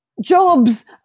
jobs